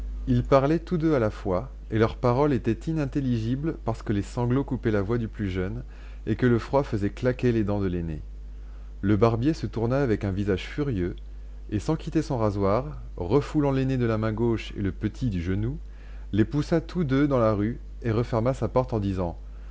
ils parlaient tous deux à la fois et leurs paroles étaient inintelligibles parce que les sanglots coupaient la voix du plus jeune et que le froid faisait claquer les dents de l'aîné le barbier se tourna avec un visage furieux et sans quitter son rasoir refoulant l'aîné de la main gauche et le petit du genou les poussa tous deux dans la rue et referma sa porte en disant